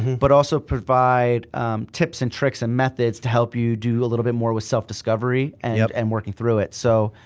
but also provide tips and tricks and methods to help you do a little bit more with self-discovery and yeah and working through it, so